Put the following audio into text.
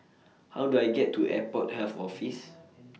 How Do I get to Airport Health Office